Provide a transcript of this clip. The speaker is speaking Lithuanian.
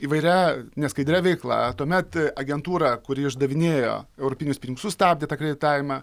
įvairia neskaidria veikla tuomet agentūra kuri išdavinėjo europinius pinigus sustabdė tą kreditavimą